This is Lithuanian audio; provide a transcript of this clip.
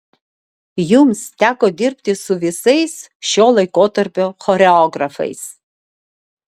jums teko dirbti su visais šio laikotarpio choreografais